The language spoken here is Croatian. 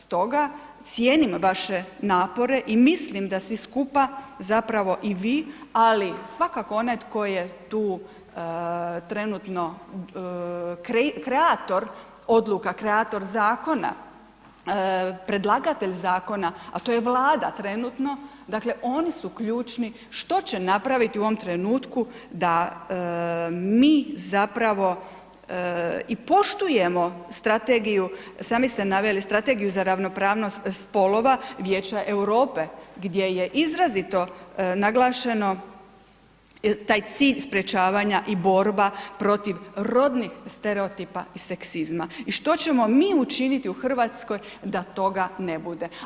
Stoga cijenim vaše napore i mislim da svi skupa, zapravo i vi ali svakako onaj tko je tu trenutno kreator odluka, kreator zakona, predlagatelj zakona a to je Vlada trenutno, dakle oni su ključni što će napraviti u ovom trenutku da mi zapravo i poštujemo strategiju, sami ste naveli Strategiju za ravnopravnost spolova Vijeća Europe gdje je izrazito naglašeno taj cilj sprječavanja i borba protiv rodnih stereotipa i seksizma i što ćemo mi učiniti u Hrvatskoj da toga ne bude.